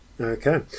Okay